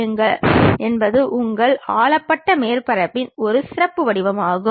இந்த செங்குத்தெறியம் மேலும் இரண்டாக பிரிக்கப்படுகிறது